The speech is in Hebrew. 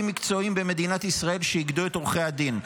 מקצועיים במדינת ישראל שאיגדו את עורכי הדין.